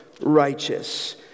Righteous